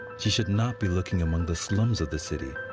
she should not be looking among the slums of the city.